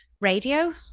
radio